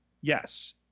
yes